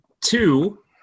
two